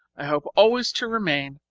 i hope always to remain,